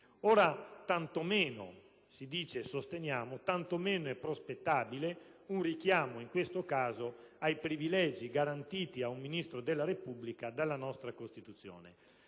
Tanto meno - si dice e sosteniamo - è prospettabile un richiamo in questo caso ai privilegi garantiti a un Ministro della Repubblica dalla nostra Costituzione.